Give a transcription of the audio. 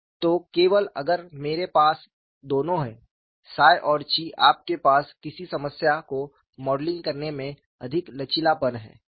तो केवल अगर मेरे पास दोनों हैं 𝜳 और 𝛘 आपके पास किसी समस्या को मॉडलिंग करने में अधिक लचीलापन है